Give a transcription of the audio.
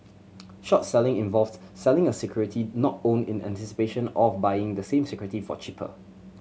short selling involves selling a security not owned in anticipation of buying the same security for cheaper